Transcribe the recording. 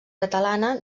catalana